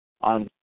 on